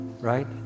right